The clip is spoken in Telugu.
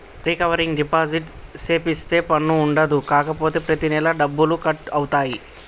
రికరింగ్ డిపాజిట్ సేపిత్తే పన్ను ఉండదు కాపోతే ప్రతి నెలా డబ్బులు కట్ అవుతాయి